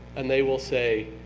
and they will say,